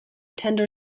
tender